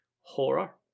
horror